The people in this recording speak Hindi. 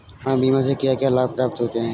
हमें बीमा से क्या क्या लाभ प्राप्त होते हैं?